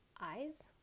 eyes